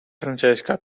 francesca